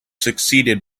succeeded